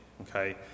okay